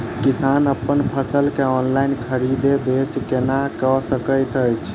किसान अप्पन फसल केँ ऑनलाइन खरीदै बेच केना कऽ सकैत अछि?